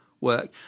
work